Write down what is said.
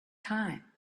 time